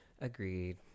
Agreed